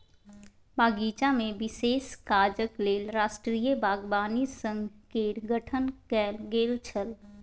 बगीचामे विशेष काजक लेल राष्ट्रीय बागवानी संघ केर गठन कैल गेल छल